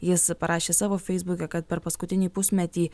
jis parašė savo feisbuke kad per paskutinį pusmetį